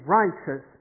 righteous